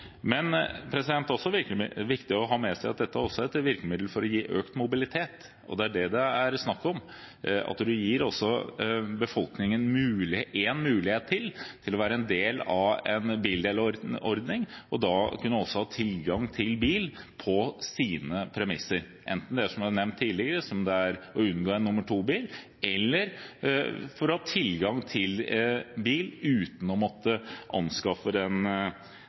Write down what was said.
Men det er også viktig å ha med seg at dette også er et virkemiddel for å gi økt mobilitet, og det er det det er snakk om: at man også gir befolkningen en mulighet til å være del av en bildelingsordning og da også kunne ha tilgang til bil på sine premisser – enten det er, som jeg har nevnt tidligere, for å unngå en nr. 2-bil eller det er for å ha tilgang til bil uten å måtte anskaffe den